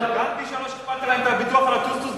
טענתי שלא שיפרת להם את הביטוח על הטוסטוס.